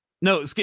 No